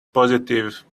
positive